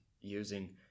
using